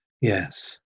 yes